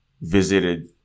visited